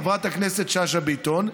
חברת הכנסת שאשא ביטון,